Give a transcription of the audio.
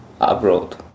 abroad